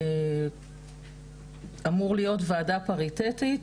אמורה להיות ועדה פריטטית